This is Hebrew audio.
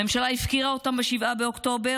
הממשלה הפקירה אותם ב-7 באוקטובר,